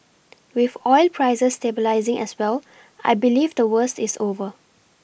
with oil prices stabilising as well I believe the worst is over